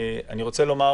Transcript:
אני רוצה לומר